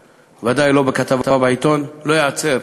ודאי לא ייעצר בכתבה בעיתון, לא ייעצר